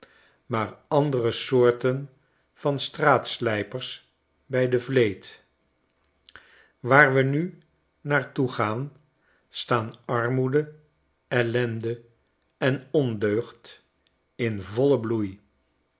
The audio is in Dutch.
maar anderesoorten van straatslijpers bij de vleet waar we nunaar toe gaan staan armoede ellende en ondeugd in vollen bloei